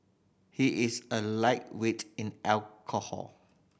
he is a lightweight in alcohol